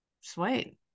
sweet